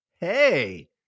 Hey